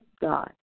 God